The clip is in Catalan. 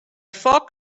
foc